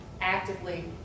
actively